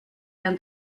and